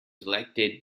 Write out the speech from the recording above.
elected